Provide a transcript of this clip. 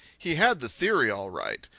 he had the theory all right,